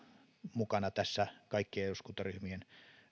mukana tässä kaikkien eduskuntaryhmien